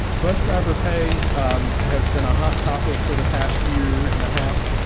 bus driver pay has been a hot topic for the past year and a half.